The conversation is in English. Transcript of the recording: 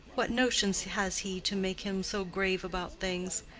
what notions has he to make him so grave about things?